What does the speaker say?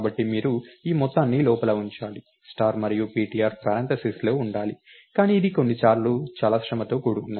కాబట్టి మీరు ఈ మొత్తాన్ని లోపల ఉంచాలి స్టార్ మరియు ptr పారాన్తసిస్ లో ఉండాలి కానీ ఇది కొన్నిసార్లు చాలా శ్రమతో కూడుకున్నది